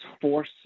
force